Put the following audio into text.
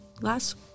last